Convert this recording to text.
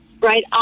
right